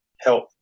help